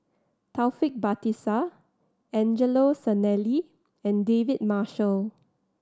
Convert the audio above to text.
Taufik Batisah Angelo Sanelli and David Marshall